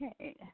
Okay